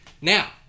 Now